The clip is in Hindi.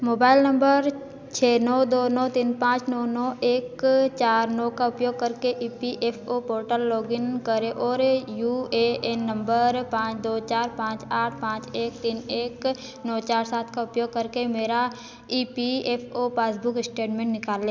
मोबाइल नंबर छः नौ दो नौ तीन पाँच नौ नौ एक चार नौ का उपयोग करके E P F O portal login करें और यह यू ए एन नंबर पाँच दो चार पाँच आठ पाँच एक तीन एक नौ चार सात का उपयोग करके मेरा E P F O passbook statement निकालें